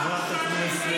חבר הכנסת